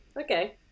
Okay